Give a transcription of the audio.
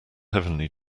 heavenly